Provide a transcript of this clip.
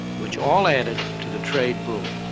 which all added to the trade boom.